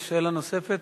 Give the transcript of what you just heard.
יש שאלה נוספת?